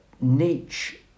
Nietzsche